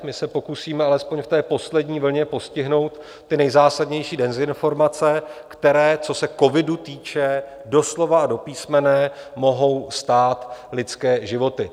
My se pokusíme alespoň v té poslední vlně postihnout ty nejzásadnější dezinformace, které co se covidu týče doslova a do písmene mohou stát lidské životy.